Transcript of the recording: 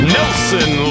Nelson